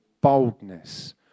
boldness